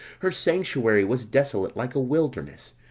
her sanctuary was desolate like a wilderness,